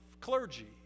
clergy